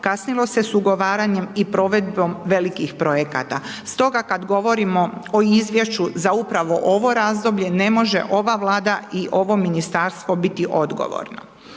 kasnilo se s ugovaranjem i provedbom velikih projekata. Stoga kad govorimo o izvješću za upravo ovo razdoblje ne može ova Vlada i ovo ministarstvo biti odgovorno.